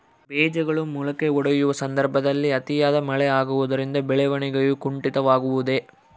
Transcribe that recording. ಬೇಜಗಳು ಮೊಳಕೆಯೊಡೆಯುವ ಸಂದರ್ಭದಲ್ಲಿ ಅತಿಯಾದ ಮಳೆ ಆಗುವುದರಿಂದ ಬೆಳವಣಿಗೆಯು ಕುಂಠಿತವಾಗುವುದೆ?